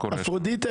אפרודיטה,